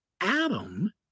Adam